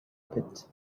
pit